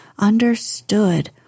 understood